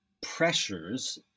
pressures